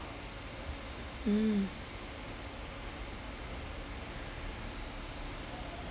mm